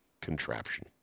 contraption